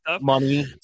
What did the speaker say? money